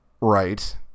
right